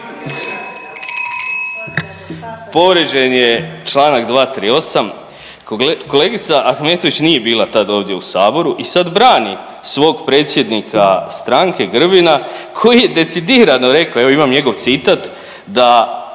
Povrijeđen je članak 238. Kolegica Ahmetović nije bila tada ovdje u Saboru i sada brani svog predsjednika stranke Grbina koji je decidirano rekao, evo imam njegov citat da